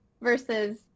versus